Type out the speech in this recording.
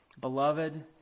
Beloved